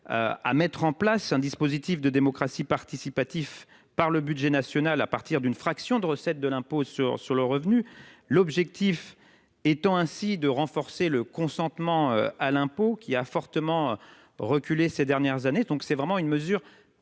de mettre en place un dispositif de démocratie participative au travers du budget national, à partir d’une fraction des recettes de l’impôt sur le revenu, l’objectif étant aussi de renforcer le consentement à l’impôt, qui a fortement reculé ces dernières années. Il s’agit donc d’une mesure